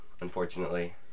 unfortunately